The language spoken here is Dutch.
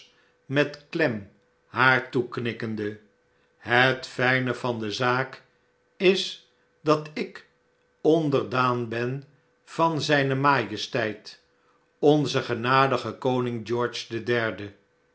met klem haar toeknikkende het fijne van de zaak is dat ik onderdaan ben van zpe majesteit onzen genadigen koning george den derde